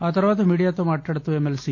ఆ తర్వాత మీడియాతో మాట్లాడుతూ ఎమ్మె ల్పీ